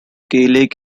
gaelic